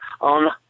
on